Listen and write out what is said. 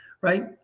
Right